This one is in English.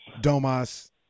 Domas